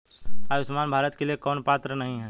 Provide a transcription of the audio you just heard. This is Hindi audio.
आयुष्मान भारत के लिए कौन पात्र नहीं है?